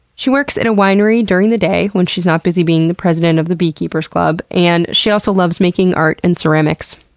she works at a winery during the day, when she's not busy being the president of the beekeepers club, and she also loves making art and ceramics.